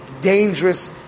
dangerous